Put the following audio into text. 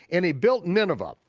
and he built nineveh,